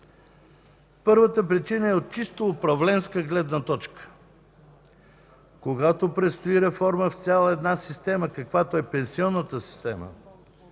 Първата причина е от чисто управленска гледна точка. Когато предстои реформа в цяла една система, каквато е пенсионната, никога